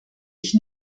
ich